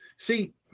See